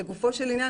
לגופו של עניין,